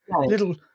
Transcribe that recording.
little